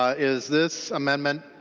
is this amendment